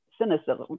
cynicism